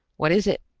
what is it?